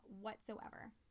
whatsoever